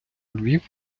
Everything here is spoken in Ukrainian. львів